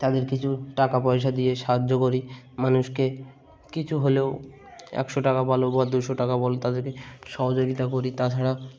তাদের কিছু টাকা পয়সা দিয়ে সাহায্য করি মানুষকে কিছু হলেও একশো টাকা বলো বা দুশো টাকা বলো তাদেরকে সহযোগিতা করি তাছাড়া